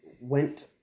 Went